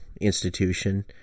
institution